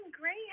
Great